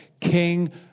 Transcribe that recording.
King